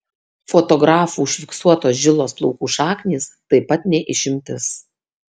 fotografų užfiksuotos žilos plaukų šaknys taip pat ne išimtis